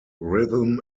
rhythm